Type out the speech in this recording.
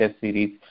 series